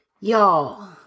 Y'all